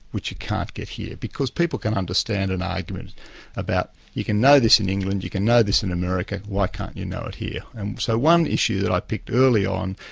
which you can't get here, because people can understand an argument about you can know this in england, you can know this in america, why can't you know it here? and so one issue that i picked early on,